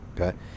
Okay